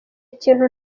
ikintu